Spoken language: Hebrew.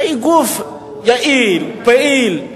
שהיא גוף יעיל, פעיל,